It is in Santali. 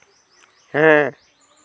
ᱦᱮᱸ